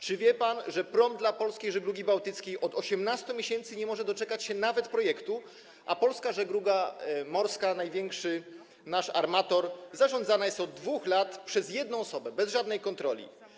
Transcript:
Czy wie pan, że prom dla Polskiej Żeglugi Bałtyckiej od 18 miesięcy nie może doczekać się nawet projektu, a Polska Żegluga Morska, nasz największy armator, zarządzana jest od 2 lat przez jedną osobę, bez żadnej kontroli?